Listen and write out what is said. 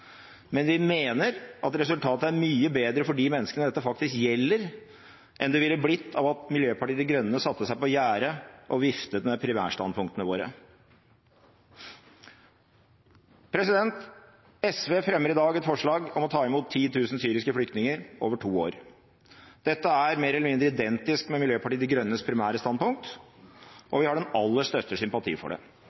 Men vi mener at resultatet er mye bedre for de menneskene dette faktisk gjelder, enn det ville blitt av at Miljøpartiet De Grønne satte seg på gjerdet og viftet med primærstandpunktene sine. SV fremmer i dag et forslag om å ta imot 10 000 syriske flyktninger over to år. Dette er mer eller mindre identisk med Miljøpartiet De Grønnes primære standpunkt, og vi har den aller største sympati for det.